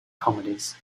comedies